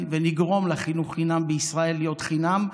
ונגרום לחינוך חינם בישראל להיות חינם,